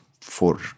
four